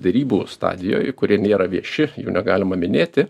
derybų stadijoj kurie nėra vieši jų negalima minėti